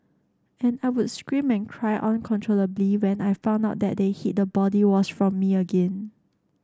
and I would scream and cry uncontrollably when I found out that they'd hid the body wash from me again